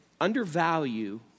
undervalue